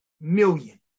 million